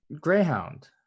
Greyhound